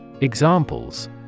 Examples